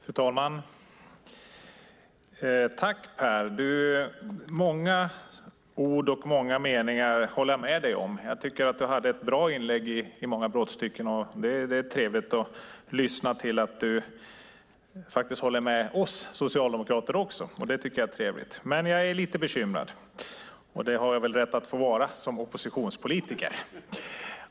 Fru talman! Många ord och många meningar håller jag med dig om, Per. Jag tycker att du hade ett bra inlägg i många brottstycken. Det är trevligt att lyssna till dig och höra att du håller med oss socialdemokrater också. Men jag är lite bekymrad, och det har jag väl rätt att vara som oppositionspolitiker.